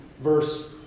verse